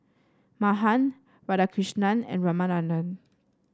Mahan Radhakrishnan and Ramanand